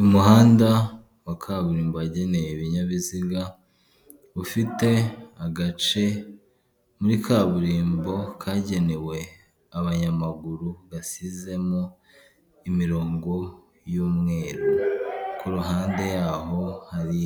Umuhanda wa kaburimbo wagenewe ibinyabiziga, ufite agace muri kaburimbo kagenewe abanyamaguru gasizemo imirongo y'umweru kuhande yaho hari